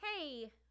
hey